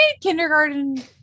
kindergarten